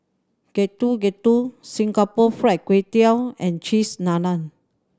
Getuk Getuk Singapore Fried Kway Tiao and Cheese Naan